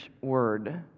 Word